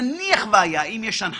אני משוכנע שאם הוא היה פה לידי הוא